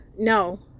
No